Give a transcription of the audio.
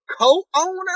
co-owner